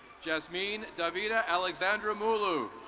jasmine davida alexandra mulu.